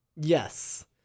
Yes